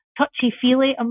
touchy-feely